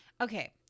Okay